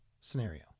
scenario